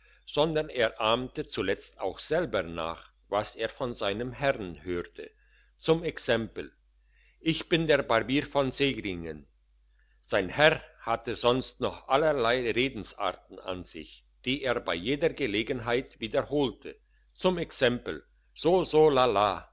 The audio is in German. sondern er ahmte zuletzt auch selber nach was er von seinem herrn hörte zum exempel ich bin der barbier von segringen sein herr hatte sonst noch allerlei redensarten an sich die er bei jeder gelegenheit wiederholte zum exempel so so lala